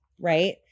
right